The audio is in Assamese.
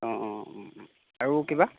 অঁ অঁ অঁ আৰু কিবা